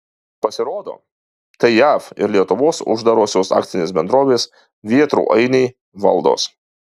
pasirodo tai jav ir lietuvos uždarosios akcinės bendrovės vėtrų ainiai valdos